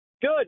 Good